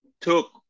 took